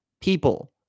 people